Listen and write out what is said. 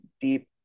deep